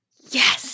Yes